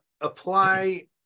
apply